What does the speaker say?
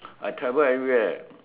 I travel every where